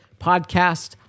podcast